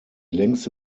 längste